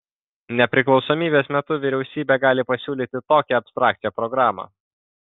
nepriklausomybės metu vyriausybė gali pasiūlyti tokią abstrakčią programą